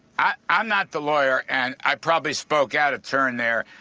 i'm not the lawyer, and i probably spoke out of turn there,